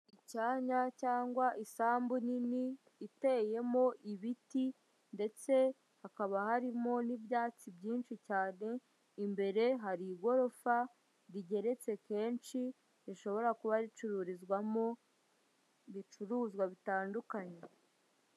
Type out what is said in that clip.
Icyanya cyangwa isambu nini iteyemo ibiti ndetse hakaba harimo n'ibyatsi byinshi cyane, imbere hari igorofa rigeretse kenshi, rishobora kuba ricururizwamo ibicuruzwa bitandukanye.